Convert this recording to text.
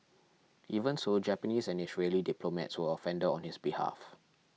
even so Japanese and Israeli diplomats were offended on his behalf